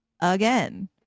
again